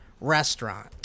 restaurant